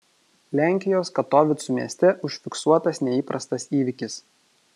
lenkijos katovicų mieste užfiksuotas neįprastas įvykis